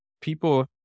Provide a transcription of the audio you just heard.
people